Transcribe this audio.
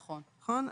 נכון.